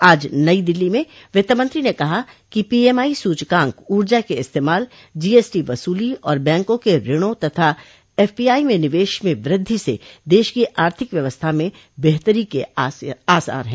आज नई दिल्ली में वित्तमंत्री ने कहा कि पीएमआई सूचकांक ऊर्जा के इस्तेमाल जीएसटी वसूली और बैंकों के ऋणों और एफपीआई में निवेश में वृद्धि से देश की आर्थिक व्यवस्था में बेहतरी के आसार है